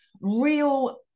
real